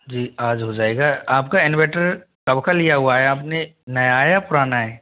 जी आज हो जाएगा आप का इन्वेर्टर कब का लिया हुआ है आपने नया है या पुराना है